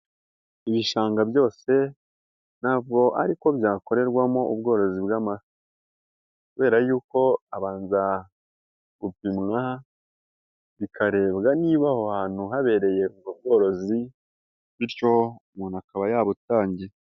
Ibishanga byose ntabwo ari ko byakorerwamo ubworozi bw'amafi kubera yuko abanza gupimwa, bikarebwa niba aho hantu habereye ubworozi, bityo umuntu akaba yabutangiye.